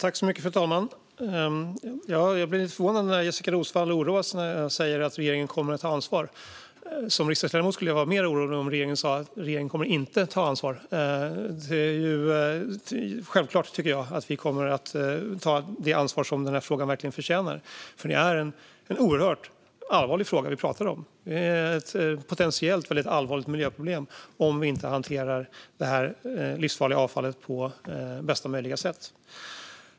Fru talman! Jag blir lite förvånad när Jessika Roswall oroas när jag säger att regeringen kommer att ta ansvar. Som riksdagsledamot skulle jag vara mer orolig om regeringen sa att den inte kommer att ta ansvar. Det är självklart, tycker jag, att vi kommer att ta det ansvar som denna fråga verkligen förtjänar. Det är nämligen en oerhört allvarlig fråga som vi pratar om. Det är ett potentiellt väldigt allvarligt miljöproblem om vi inte hanterar detta livsfarliga avfall på bästa möjliga sätt.